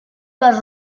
les